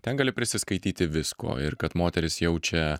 ten gali prisiskaityti visko ir kad moteris jaučia